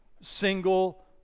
single